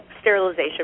sterilization